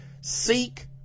Seek